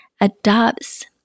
adopts